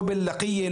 לא בלקיה,